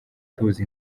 tuzi